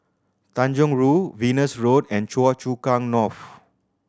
Tanjong Rhu Venus Road and Choa Chu Kang North